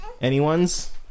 Anyone's